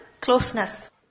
closeness